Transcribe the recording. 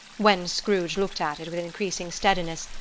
when scrooge looked at it with increasing steadiness,